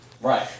Right